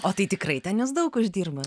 o tai tikrai ten jūs daug uždirbat